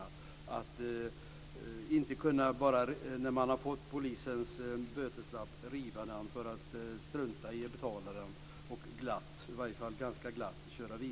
Det ska inte vara möjligt att riva polisens böteslapp och ganska glatt strunta i att betala den.